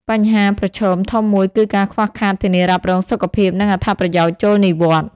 បញ្ហាប្រឈមធំមួយគឺការខ្វះខាតធានារ៉ាប់រងសុខភាព និងអត្ថប្រយោជន៍ចូលនិវត្តន៍។